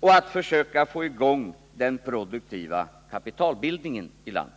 och att försöka få i gång den produktiva kapitalbildningen i landet.